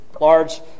large